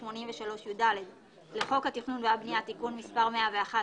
סעיף 83(יד) לחוק התכנון והבנייה (תיקון מס' 101),